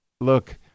look